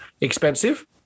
expensive